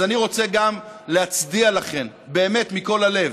אז אני רוצה גם להצדיע לכן, באמת מכל הלב,